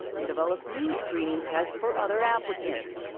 and develop new screening tests for other applicants.